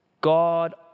God